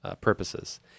purposes